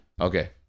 Okay